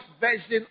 version